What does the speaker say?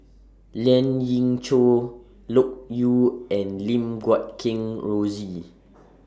Lien Ying Chow Loke Yew and Lim Guat Kheng Rosie